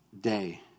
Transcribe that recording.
day